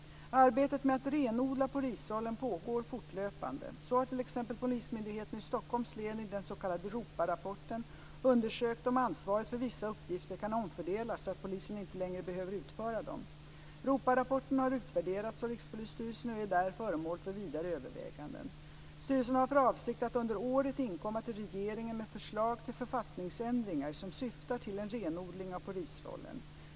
Arbetet med att renodla polisrollen pågår fortlöpande. Så har t.ex. Polismyndigheten i Stockholms län i den s.k. ROPA-rapporten undersökt om ansvaret för vissa uppgifter kan omfördelas, så att polisen inte längre behöver utföra dem. ROPA-rapporten har utvärderats av Rikspolisstyrelsen och är där föremål för vidare överväganden. Styrelsen har för avsikt att under året inkomma till regeringen med förslag till författningsändringar som syftar till en renodling av polisrollen.